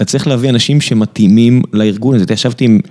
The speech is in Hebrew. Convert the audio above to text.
אתה צריך להביא אנשים שמתאימים לארגון הזה, התיישבתי עם...